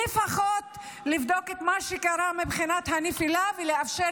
לפחות לבדוק את מה שקרה מבחינת הנפילה ולאפשר